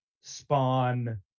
spawn